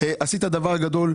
עשית דבר גדול,